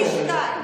פי שניים.